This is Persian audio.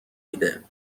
میده